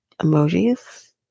emojis